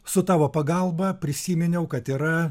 su tavo pagalba prisiminiau kad yra